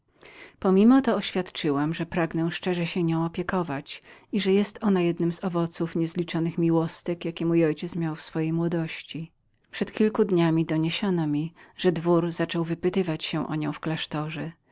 pomimo to oświadczyłam że pragnę szczerze się nią opiekować i że jest ona jednym z owoców niezliczonych miłostek jakie mój ojciec miał w swojej młodości odtąd doniesiono mi że dwór zaczął wypytywać się o nią w klasztorze